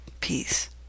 peace